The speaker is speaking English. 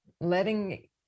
letting